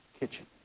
kitchen